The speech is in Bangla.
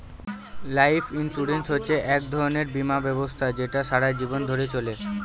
লাইফ ইন্সুরেন্স হচ্ছে এক ধরনের বীমা ব্যবস্থা যেটা সারা জীবন ধরে চলে